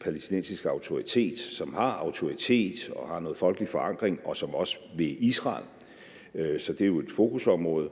palæstinensisk autoritet, som har autoritet og har noget folkelig forankring, og som også vil Israel. Så det er jo et fokusområde.